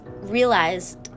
realized